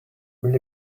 will